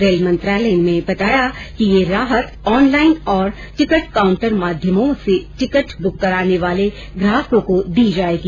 rail मंत्रालय ने बताया कि ये राहत ऑनलाइन और टिकट काउंटर माध्यमों से टिकट ब्रक कराने वाले ग्राहकों को दी जायेगी